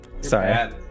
sorry